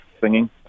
singing